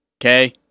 Okay